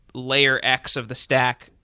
layer x of the stack,